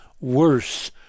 worse